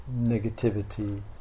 negativity